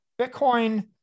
Bitcoin